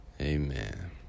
Amen